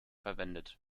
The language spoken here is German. verwendet